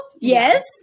Yes